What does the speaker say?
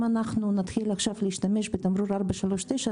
אם אנחנו נתחיל עכשיו להשתמש בתמרור 439,